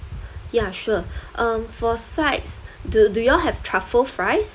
ya sure um for sides do do you all have truffle fries